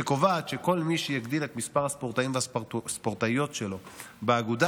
שקובעת שכל מי שיגדיל את מספר הספורטאים והספורטאיות שלו באגודה